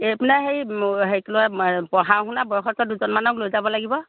এইপিনে হেৰি হেৰি লৈ পঢ়া শুনা বয়সস্থ দুজনমানক লৈ যাব লাগিব